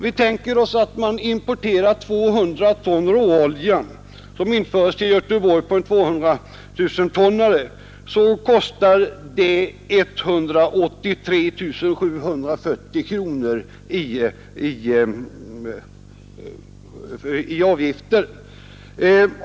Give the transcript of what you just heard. Vi tänker oss att man importerar 200 000 ton råolja, som införs till Göteborg på en 200 000-tonnare. Det kostar 183 740 kronor i avgifter.